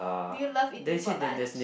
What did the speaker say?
do you love eating for lunch